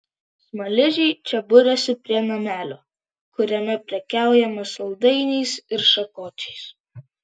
smaližiai čia buriasi prie namelio kuriame prekiaujama saldainiais ir šakočiais